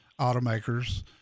automakers